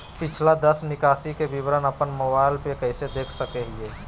पिछला दस निकासी के विवरण अपन मोबाईल पे कैसे देख सके हियई?